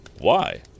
Why